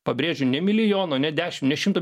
pabrėžiu ne milijono ne dešim ne šimto